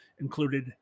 included